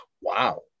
Wow